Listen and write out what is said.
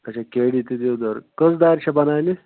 اَچھا کے ڈی تہٕ دِیودٲر کٔژ دارِ چھِ بناونہِ